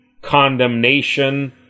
condemnation